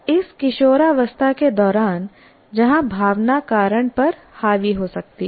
इस किशोरावस्था के दौरान जहां भावना कारण पर हावी हो सकती है